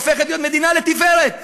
הופכת להיות מדינה לתפארת.